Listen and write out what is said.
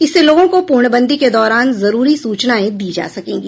इससे लोगों को पूर्णबंदी के दौरान जरूरी सूचनाएं दी जा सकेंगी